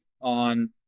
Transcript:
on